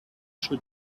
should